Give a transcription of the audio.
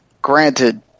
Granted